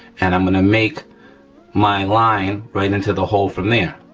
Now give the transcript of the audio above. and i'm gonna make my line right into the hole from there.